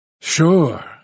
Sure